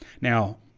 Now